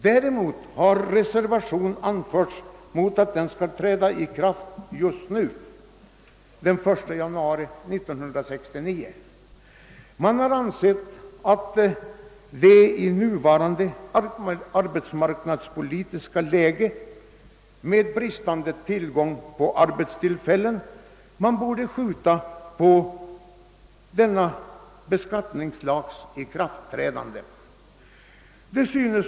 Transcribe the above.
Däremot har reservation anförts mot att den skall träda i kraft redan den 1 januari 1969. Man har ansett att i nuvarande arbetsmarknadspolitiska läge, med bristande tillgång på arbetstillfällen, denna beskattningslags ikraftträdande borde uppskjutas.